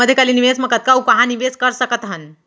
मध्यकालीन निवेश म कतना अऊ कहाँ निवेश कर सकत हन?